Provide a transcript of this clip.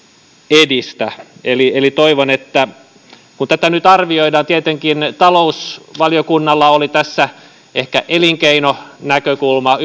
edistä eli eli toivon että kun tätä nyt arvioidaan ja tietenkin talousvaliokunnalla on ollut tässä ehkä elinkeinonäkökulma